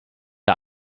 der